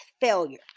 failure